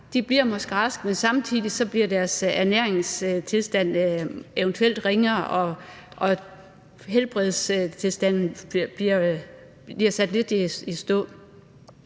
bliver raske, men samtidig bliver deres ernæringstilstand eventuelt ringere, og helbredstilstanden bliver sat lidt i stå.